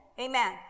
Amen